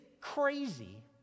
crazy